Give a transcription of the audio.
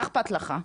מה אכפת לך?